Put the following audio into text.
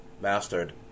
mastered